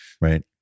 Right